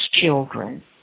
children